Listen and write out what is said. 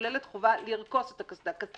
הכוללת חובה לרכוס את הקסדה.